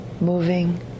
moving